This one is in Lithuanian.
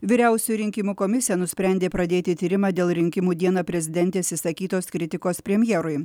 vyriausioji rinkimų komisija nusprendė pradėti tyrimą dėl rinkimų dieną prezidentės išsakytos kritikos premjerui